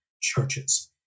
churches